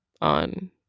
on